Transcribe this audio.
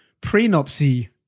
pre-nopsy